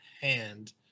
Hand